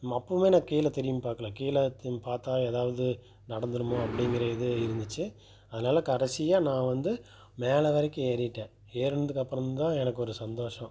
ம் அப்பவுமே நான் கீழே திரும்பி பார்க்கல கீழே திரும்பி பார்த்தா எதாவது நடந்திருமோ அப்படிங்குற இது இருந்துச்சு அதனால கடைசியா நான் வந்து மேலே வரைக்கும் ஏறிவிட்டேன் ஏறினதுக்கு அப்புறம் தான் எனக்கு ஒரு சந்தோஷம்